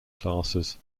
classes